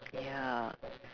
ya